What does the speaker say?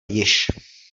již